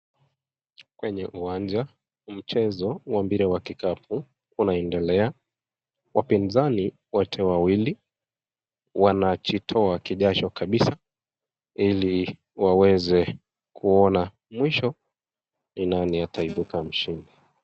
Kwenye uwanja, mchezo wa mpira wa kikapu unaendelea. Wapinzani wote wawili wanajitoa jasho kabisa, ili waweze kuona mwisho ni nani ataibuka mshindi.